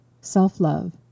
self-love